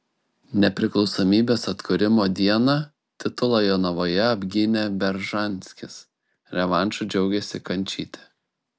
nepriklausomybės atkūrimo dieną titulą jonavoje apgynė beržanskis revanšu džiaugėsi kančytė